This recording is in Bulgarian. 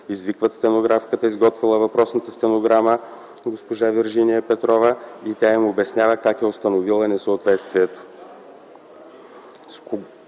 Извикват стенографката, изготвила въпросната стенограма – госпожа Виржиния Петрова, и тя им обяснява как е установила несъответствието,